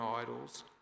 idols